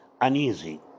uneasy